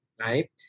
right